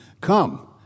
Come